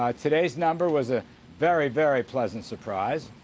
ah today's number was a very very pleasant surprise.